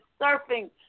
surfing